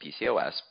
PCOS